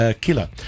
killer